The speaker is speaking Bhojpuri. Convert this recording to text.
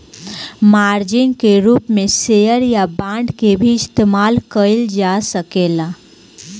मार्जिन के रूप में शेयर या बांड के भी इस्तमाल कईल जा सकेला